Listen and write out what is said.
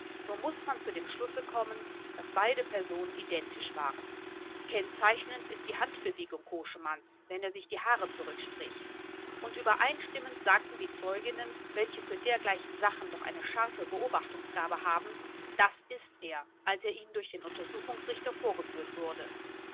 so muß man zu dem schlusse kommen daß beide personen identisch waren kennzeichnend ist die handbewegung koschemanns wenn er sich die haare zurückstrich und übereinstimmend sagten die zeuginnen welche für dergleichen sachen doch eine scharfe beobachtungsgabe haben das ist er als er ihnen durch den untersuchungsrichter vorgeführt wurde